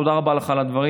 תודה רבה לך על הדברים.